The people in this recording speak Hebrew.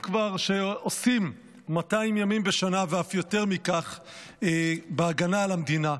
שעושים 200 ימים בשנה ואף יותר מכך בהגנה על המדינה.